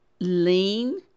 lean